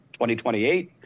2028